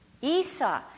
Esau